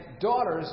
daughters